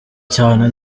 cyane